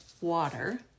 water